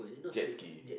jet ski